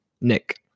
Nick